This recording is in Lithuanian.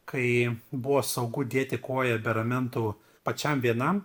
kai buvo saugu dėti koją be ramentų pačiam vienam